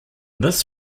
this